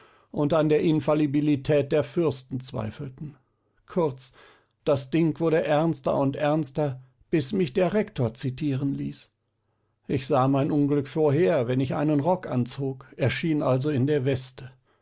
und an der infallibilität der fürsten zweifelten kurz das ding wurde ernster und ernster bis mich der rektor zitieren ließ ich sah mein unglück vorher wenn ich einen rock anzog erschien also in der weste